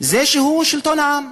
שהוא שלטון העם.